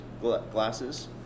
glasses